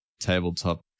tabletop